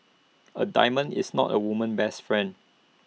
A diamond is not A woman's best friend